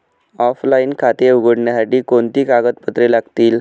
Offline खाते उघडण्यासाठी कोणती कागदपत्रे लागतील?